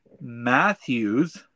Matthews